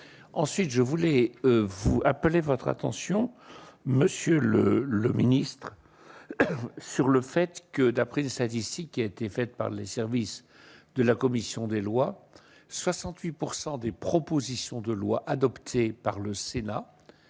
ensuite je voulais vous appeler votre attention, monsieur le Ministre, sur le fait que, d'après une statistique qui a été faite par les services de la commission des lois 68 pourcent des propositions de loi adoptée par le Sénat